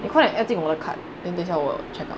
你快点 add 进我的 cart then 等一下我 check out